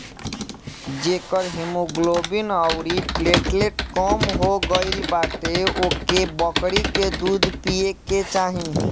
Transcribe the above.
जेकर हिमोग्लोबिन अउरी प्लेटलेट कम हो गईल बाटे ओके बकरी के दूध पिए के चाही